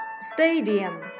stadium